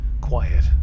Quiet